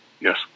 Yes